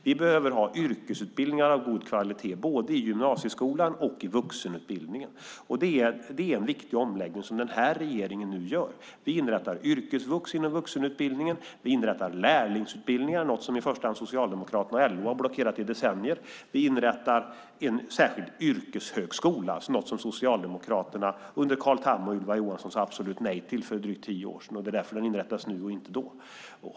Vi behöver ha yrkesutbildningar av god kvalitet, både i gymnasieskolan och i vuxenutbildningen. Det är en viktig omläggning som denna regering nu gör. Vi inrättar yrkesvux inom vuxenutbildningen. Vi inrättar lärlingsutbildningar, något som i första hand Socialdemokraterna och LO har blockerat i decennier. Vi inrättar en särskild yrkeshögskola. Det är något som Socialdemokraterna under Carl Tham och Ylva Johansson sade absolut nej till för drygt tio år sedan. Det är därför som den inrättas nu och inte då.